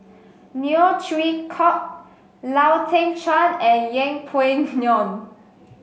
Neo Chwee Kok Lau Teng Chuan and Yeng Pway Ngon